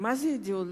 מה זה אידיאולוגיה,